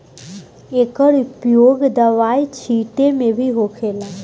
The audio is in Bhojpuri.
एकर उपयोग दवाई छींटे मे भी होखेला